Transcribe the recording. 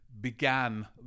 began